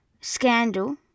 scandal